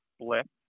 split